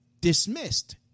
dismissed